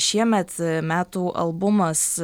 šiemet metų albumas